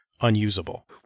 unusable